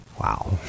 Wow